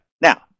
Now